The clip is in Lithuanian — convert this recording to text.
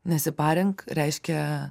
nesiparink reiškia